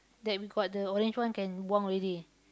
that we got the orange one can buang already